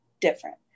different